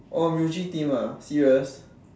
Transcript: oh Eugene team ah serious